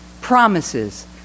promises